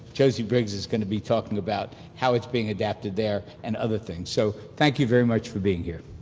josie briggs, is going to be talking about, how it's being adapted there and other things. so thank you very much for being here.